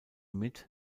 mit